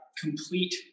complete